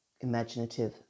imaginative